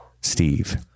Steve